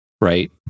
right